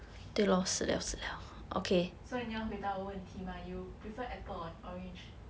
所以你要回答我的问题 mah you prefer apple or orange